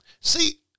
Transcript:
See